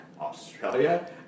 Australia